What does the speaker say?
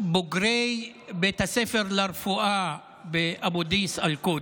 בוגרי בית הספר לרפואה באבו דיס, אל-קודס,